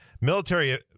military